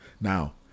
Now